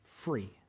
free